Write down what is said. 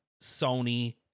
Sony